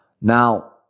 Now